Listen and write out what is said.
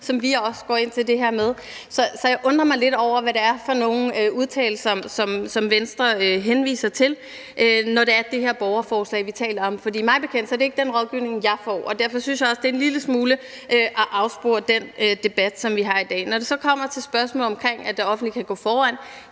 som vi også går ind til det her med. Så jeg undrer mig lidt over, hvad det er for nogle udtalelser, som Venstre henviser til, når det er det her borgerforslag, vi taler om. For mig bekendt er det ikke den rådgivning, jeg får, og derfor synes jeg også, det en lille smule er at afspore den debat, som vi har i dag. Når det så kommer til spørgsmålet, om det offentlige kan gå foran,